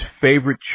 favorite